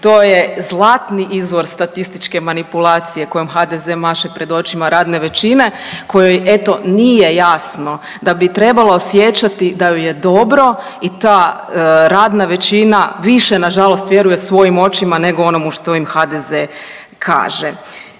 to je zlatni izvor statističke manipulacije kojim HDZ maše pred očima radne većine, kojoj, eto, nije jasno da bi trebalo osjećati da ju je dobro i ta radna većina više, nažalost vjeruje svojim očima nego onomu što im HDZ kaže.